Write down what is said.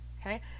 okay